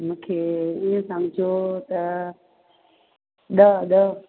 मुखे ईअं सम्झो त ॾह ॾह